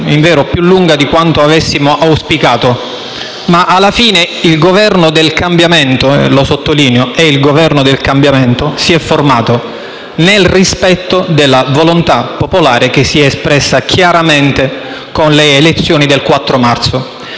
invero, più lunga di quanto avessimo auspicato. Alla fine, però, il Governo del cambiamento - e sottolineo che è il Governo del cambiamento - si è formato nel rispetto della volontà popolare che si è espressa chiaramente con le elezioni del 4 marzo.